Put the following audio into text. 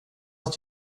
att